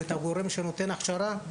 או את הגורם שנותן הכשרה,